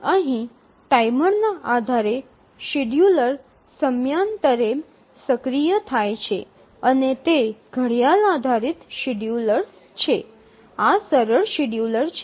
અહીં ટાઈમરના આધારે શેડ્યૂલર સમયાંતરે સક્રિય થઈ જાય છે અને તે ઘડિયાળ આધારિત શેડ્યૂલર છે આ સરળ શેડ્યૂલર છે